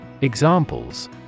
examples